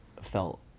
felt